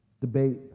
debate